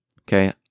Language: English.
okay